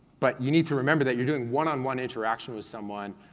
but you need to remember that you're doing one on one interaction with someone,